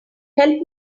help